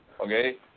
okay